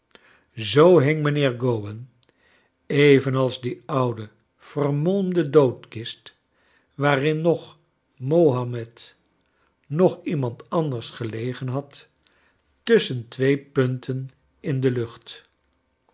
zoo hing mijnheer go wan e vena is die oude vermolmde doodkist waarin noch mohamed nocli iemand anders gelegen had tusschon twee punten in de lucht